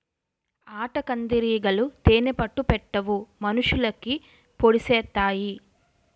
ఆటకందిరీగలు తేనే పట్టు పెట్టవు మనుషులకి పొడిసెత్తాయి